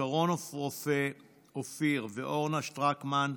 שרון רופא אופיר ואורנה שטרקמן,